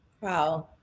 Wow